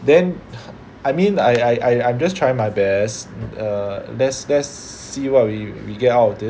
then I mean I I I'm just trying my best uh let's let's see what we we get out of this lah okay